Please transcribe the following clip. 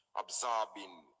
absorbing